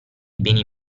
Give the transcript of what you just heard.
beni